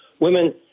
women